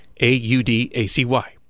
a-u-d-a-c-y